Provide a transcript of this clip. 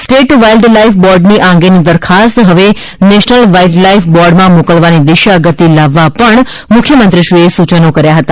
state wild life બોર્ડની આ અંગેની દરખાસ્ત હવે નેશનલ વાઇલ્ડ લાઇફ બોર્ડમાં મોકલવાની દિશા ગતિ લાવવા પણ મુખ્યમંત્રીશ્રીએ સૂચનો કર્યા હતા